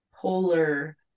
polar